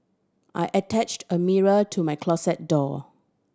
I attached a mirror to my closet door